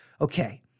okay